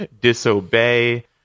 Disobey